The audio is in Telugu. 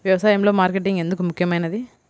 వ్యసాయంలో మార్కెటింగ్ ఎందుకు ముఖ్యమైనది?